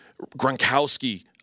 Gronkowski